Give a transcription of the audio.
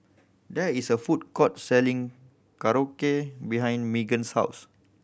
there is a food court selling Korokke behind Meagan's house